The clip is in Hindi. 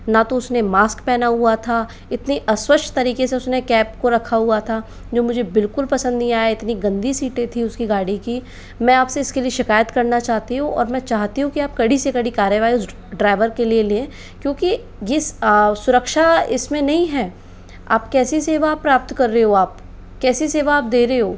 ना तो उसने मास्क पहना हुआ था इतनी अस्वच्छ तरीके से उसने कैंप को रखा हुआ था जो मुझे बिल्कुल पसंद नहीं आया इतनी गन्दी सीटें थी उसकी गाड़ी की मैं आपसे इसके लिए शिकायत करना चाहती हूँ और मैं चाहती हूँ कि आप कड़ी से कड़ी कार्रवाई उस ड्राइवर के लिए लें क्योंकि इस सुरक्षा इसमें नहीं है आप कैसी सेवा प्राप्त कर रहे हो आप कैसी सेवा आप दे रहे हो